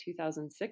2006